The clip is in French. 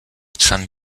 san